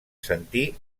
sentir